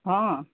অঁ